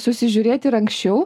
susižiūrėti ir anksčiau